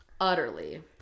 Utterly